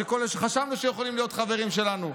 שחשבנו שיכולים להיות חברים שלנו.